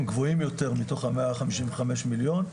גבוהים יותר מתוך המאה חמישים וחמישה מיליון.